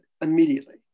immediately